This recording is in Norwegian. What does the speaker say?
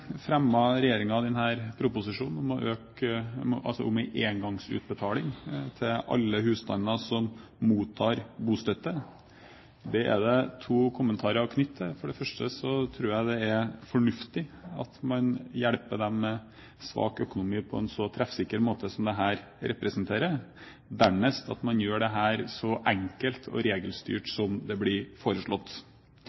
proposisjonen om en engangsutbetaling til alle husstander som mottar bostøtte. Det er to kommentarer knyttet til det. For det første tror jeg det er fornuftig at man hjelper dem med svak økonomi på en så treffsikker måte som dette representerer, dernest at man gjør dette så enkelt og regelstyrt